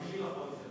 5 לחודש.